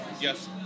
yes